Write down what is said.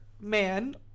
man